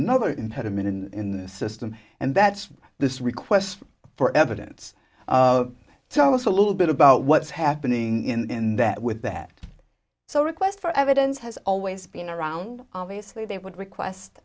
another impediment in the system and that this request for evidence tell us a little bit about what's happening in that with that so request for evidence has always been around obviously they would request